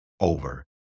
over